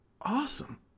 awesome